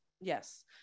Yes